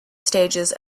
stages